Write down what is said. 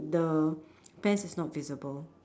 the pants is not visible